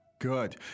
Good